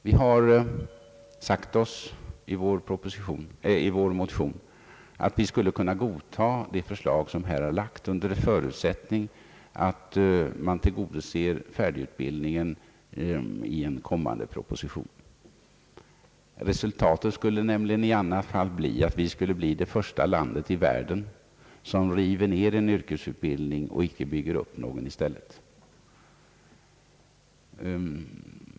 Vi har i motionen sagt att vi skulle kunna godta det förslag som har lagts fram under förutsättning att färdigutbildningen tillgodoses i en kommande proposition. Resultatet skulle i annat fall bli att Sverige som det första landet i världen river ned en yrkesutbildning utan att bygga upp någon annan i stället.